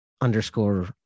underscore